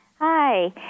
hi